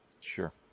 sure